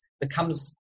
becomes